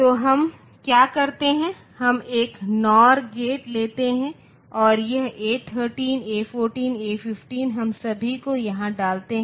तो हम क्या करते हैं हम एक नोर गेट लेते हैं और यह ए 13 ए 14 ए 15 हम सभी को यहां डालते हैं